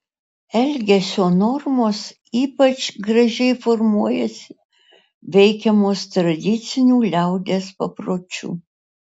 elgesio normos ypač gražiai formuojasi veikiamos tradicinių liaudies papročių